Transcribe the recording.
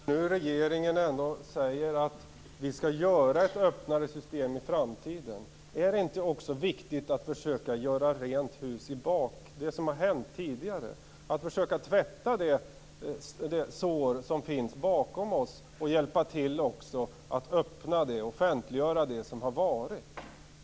Fru talman! När nu regeringen ändå säger att vi skall göra ett öppnare system i framtiden, är det då inte också viktigt att försöka göra rent hus med det som har hänt tidigare och försöka tvätta de sår som finns bakom oss, och att hjälpa till att offentliggöra det som har varit?